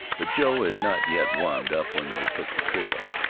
but joe had not yet warmed up when they took the trail.